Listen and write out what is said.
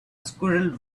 squirrel